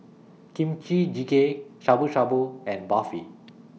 Kimchi Jjigae Shabu Shabu and Barfi